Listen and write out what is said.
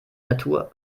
natur